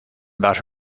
about